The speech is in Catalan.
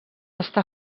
està